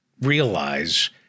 realize